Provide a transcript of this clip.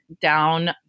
down